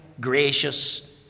gracious